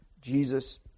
Jesus